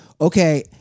Okay